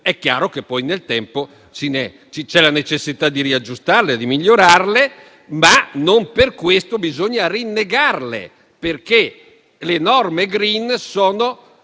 è chiaro che poi nel tempo c'è la necessità di riaggiustarle e di migliorarle, ma non per questo bisogna rinnegarle, perché le norme *green* sono